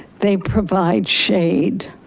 they provide shade